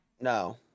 No